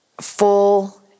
full